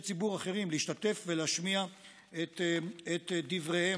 ציבור אחרים להשתתף ולהשמיע את דבריהם.